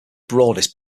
broadest